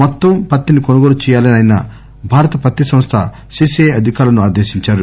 మొత్తం పత్తిని కొనుగోలు చేయాలని ఆయన భారత పత్తి సంస్ద సిసిఐ అధికారులను ఆదేశించారు